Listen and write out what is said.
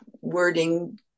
wording